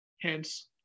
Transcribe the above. Hence